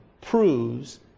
Proves